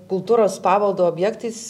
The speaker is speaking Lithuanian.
kultūros paveldo objektais